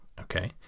Okay